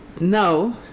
No